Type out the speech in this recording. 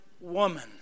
woman